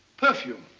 perfume.